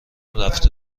رفته